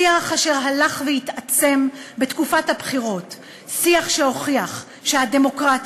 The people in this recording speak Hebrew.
שיח אשר הלך והתעצם בתקופת הבחירות והוכיח שהדמוקרטיה,